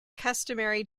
customary